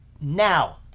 now